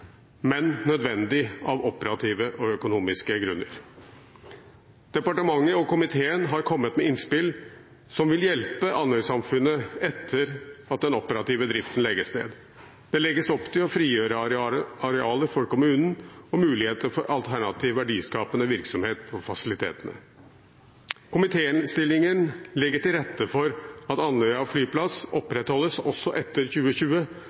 men nødvendig av operative og økonomiske grunner. Departementet og komiteen har kommet med innspill som vil hjelpe Andøy-samfunnet etter at den operative driften legges ned. Det legges opp til å frigjøre arealer for kommunen og muligheter for alternativ verdiskapende virksomhet i fasilitetene. Komitéinnstillingen legger til rette for at Andøya flyplass opprettholdes også etter 2020